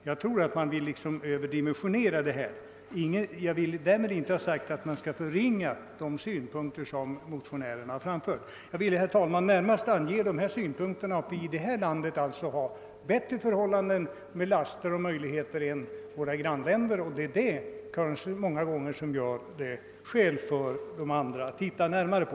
Jag tror därför att man har överdimensionerat detta problem. Men därmed vill jag inte förringa de synpunkter som motionärerna framfört.